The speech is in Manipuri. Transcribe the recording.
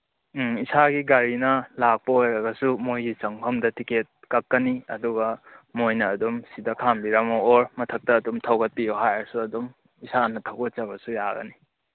ꯎꯝ ꯏꯁꯥꯒꯤ ꯒꯥꯔꯤꯅ ꯂꯥꯛꯄ ꯑꯣꯏꯔꯒꯁꯨ ꯃꯣꯏꯒꯤ ꯆꯪꯕꯝꯗ ꯇꯤꯀꯦꯠ ꯀꯛꯀꯅꯤ ꯑꯗꯨꯒ ꯃꯣꯏꯅ ꯑꯗꯨꯝ ꯁꯤꯗ ꯈꯥꯝꯕꯤꯔꯝꯃꯣ ꯑꯣꯔ ꯃꯊꯛꯇ ꯑꯗꯨꯝ ꯊꯧꯒꯠꯄꯤꯌꯣ ꯍꯥꯏꯔꯁꯨ ꯑꯗꯨꯝ ꯏꯁꯥꯅ ꯊꯧꯒꯠꯆꯕꯁꯨ ꯌꯥꯔꯅꯤ